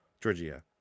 Georgia